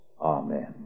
Amen